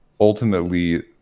ultimately